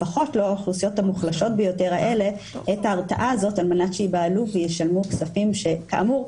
לפחות לא לאוכלוסיות המוחלשות ביותר האלה על מנת שישלמו כספים שכאמור,